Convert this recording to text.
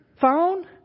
phone